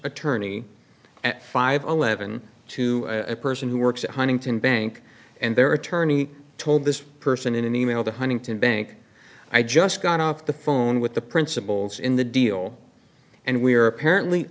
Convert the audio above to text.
attorney at five eleven to a person who works at huntington bank and their attorney told this person in an e mail to huntington bank i just got off the phone with the principals in the deal and we are apparently